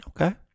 Okay